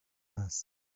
asked